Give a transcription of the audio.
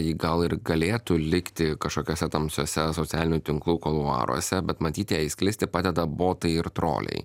ji gal ir galėtų likti kažkokiose tamsiose socialinių tinklų kuluaruose bet matyt jai sklisti padeda botai ir troliai